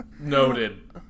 Noted